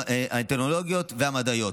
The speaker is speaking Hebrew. להתפתחויות הטכנולוגיות והמדעיות.